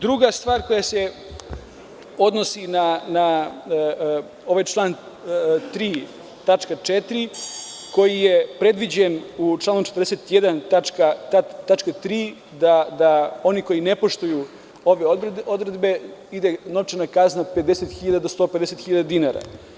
Druga stvar koja se odnosi na ovaj član 3. tačka 4) koji je predviđen u članu 41. tačka 3), da oni koji ne poštuju ove odredbe dobijaju novčanu kaznu od 50.000 do 150.000 dinara.